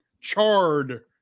charred